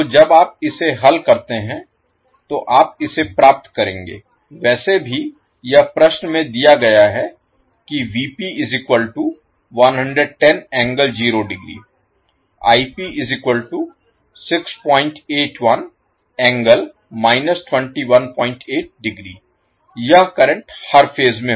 तो जब आप इसे हल करते हैं तो आप इसे प्राप्त करेंगे वैसे भी यह प्रश्न में दिया गया है कि यह करंट हर फेज में होगा